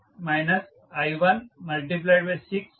6 సమీకరణంలో ఉంచండి